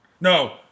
No